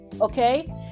okay